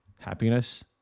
happiness